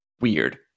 weird